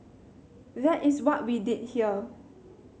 that is what we did here